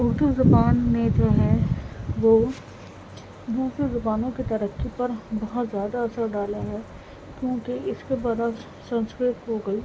اردو زبان میں جو ہے وہ اردو کی زبانوں کے ترقی پر بہت زیادہ اثر ڈالا ہے کیوں کہ اس کے برعکس سنسکرت ہو گئی